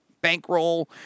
bankroll